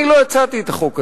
אני לא הצעתי את החוק הזה.